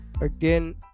Again